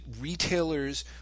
retailers